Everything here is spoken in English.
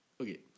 okay